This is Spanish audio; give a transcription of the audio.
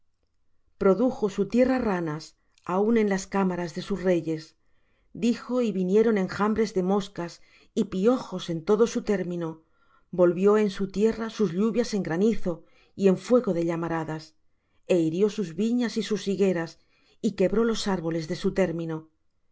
produjo su tierra ranas aun en las cámaras de sus reyes dijo y vinieron enjambres de moscas y piojos en todo su término volvió en su tierra sus lluvias en granizo y en fuego de llamaradas e hirió sus viñas y sus higueras y quebró los árboles de su término dijo